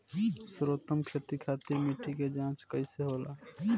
सर्वोत्तम खेती खातिर मिट्टी के जाँच कइसे होला?